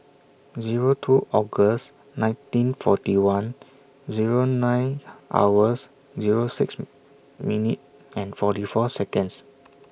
Zero two August nineteen forty one Zero nine hours Zero six minute and forty four Seconds